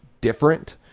different